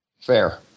Fair